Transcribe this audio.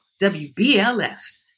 WBLS